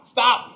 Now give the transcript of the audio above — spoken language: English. Stop